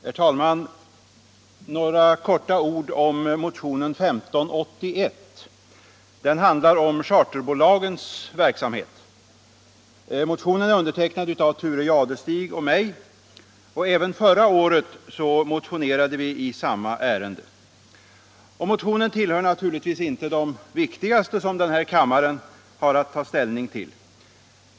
Herr talman! Några ord i all korthet om motionen 1581. Den handlar om charterbolagens verksamhet. Motionen är undertecknad av Thure Jadestig och mig. Även förra året motionerade vi i samma ärende. Motionen tillhör naturligtvis inte de viktigaste som denna kammare har att ta ställning till.